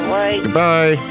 Goodbye